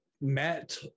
Matt